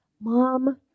Mom